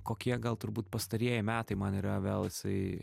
kokie gal turbūt pastarieji metai man yra vėl jisai